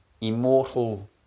immortal